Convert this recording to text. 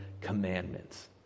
commandments